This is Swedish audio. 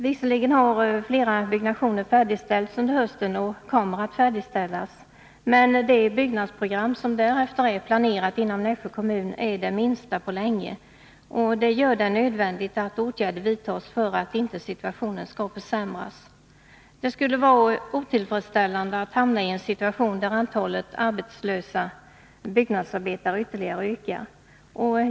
Flera byggnationer har visserligen färdigställts och kommer att färdigställas under hösten, men det byggnadsprogram som därefter är planerat inom Nässjö kommun är det minsta på länge. Det gör det nödvändigt att åtgärder vidtas för att situationen inte skall förvärras. Det skulle vara otillfredsställande att hamna i en situation där antalet arbetslösa byggnadsarbetare ytterligare ökar.